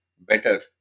better